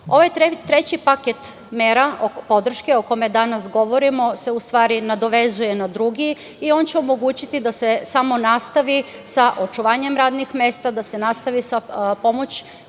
Ovaj treći paket mera podrške o kome danas govorimo se u stvari nadovezuje na drugi i on će omogućiti da se samo nastavi sa očuvanjem radnih mesta, da se nastavi sa pomoći